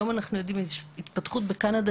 היום אנחנו עדים להתפתחות של טיפול בקנדה,